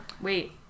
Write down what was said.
wait